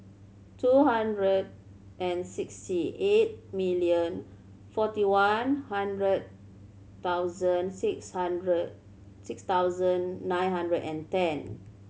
two hundred and sixty eight million forty one hundred thousand six hundred six thousand nine hundred and ten